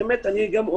כן, הדיונים היו גם,